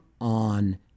on